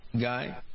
guy